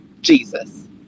Jesus